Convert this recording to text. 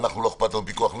ואנחנו לא אכפת לנו פיקוח נפש.